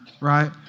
right